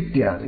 ಇತ್ಯಾದಿ